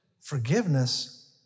Forgiveness